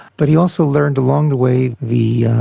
but he also learned along the way the,